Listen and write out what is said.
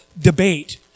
debate